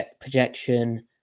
projection